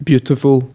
Beautiful